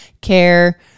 care